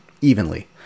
evenly